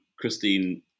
Christine